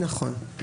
נכון.